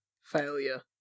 failure